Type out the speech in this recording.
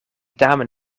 tamen